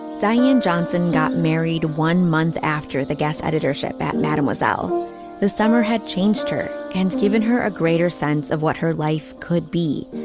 diane johnson got married one month after the guest editorship at mademoiselle this summer had changed her and given her a greater sense of what her life could be.